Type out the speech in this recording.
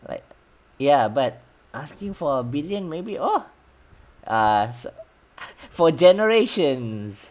like ya but asking for a billion maybe oh ah for generations